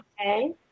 okay